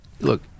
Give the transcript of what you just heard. look